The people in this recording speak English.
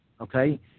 okay